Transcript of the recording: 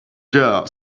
dare